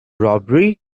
robbery